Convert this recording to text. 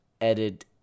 edit